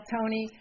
Tony